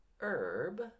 herb